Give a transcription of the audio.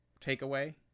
takeaway